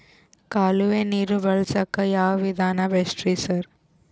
ಕಾಲುವೆ ನೀರು ಬಳಸಕ್ಕ್ ಯಾವ್ ವಿಧಾನ ಬೆಸ್ಟ್ ರಿ ಸರ್?